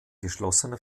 geschlossener